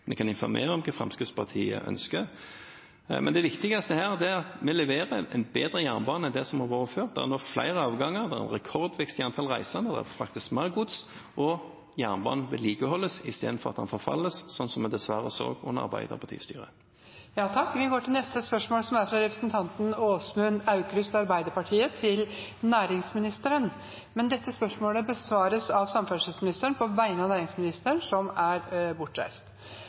kan informere om hva Fremskrittspartiet ønsker. Det viktigste her er at vi leverer en bedre jernbane enn den som har vært før. Det er nå flere avganger, det er rekordvekst i antall reisende, det er faktisk mer gods, og jernbanen vedlikeholdes istedenfor at den forfaller, slik som vi dessverre så under Arbeiderpartiets styre. Dette spørsmålet, fra representanten Åsmund Aukrust til næringsministeren, vil bli besvart av samferdselsministeren på vegne av næringsministeren, som er bortreist.